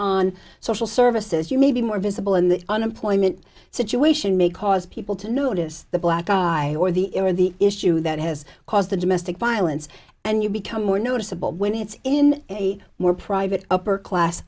on social services you may be more visible in the unemployment situation may cause people to notice the black eye or the ear or the issue that has caused the domestic violence and you become more noticeable when it's in a more private upper class